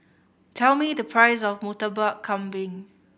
tell me the price of Murtabak Kambing